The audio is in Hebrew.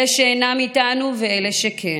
אלה שאינם איתנו ואלה שכן.